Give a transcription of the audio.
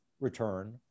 return